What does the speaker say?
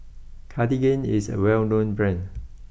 Cartigain is a well known Brand